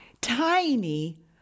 tiny